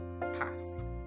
pass